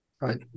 Right